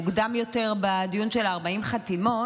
מוקדם יותר, בדיון של 40 החתימות,